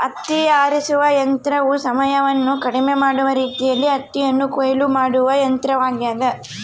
ಹತ್ತಿ ಆರಿಸುವ ಯಂತ್ರವು ಸಮಯವನ್ನು ಕಡಿಮೆ ಮಾಡುವ ರೀತಿಯಲ್ಲಿ ಹತ್ತಿಯನ್ನು ಕೊಯ್ಲು ಮಾಡುವ ಯಂತ್ರವಾಗ್ಯದ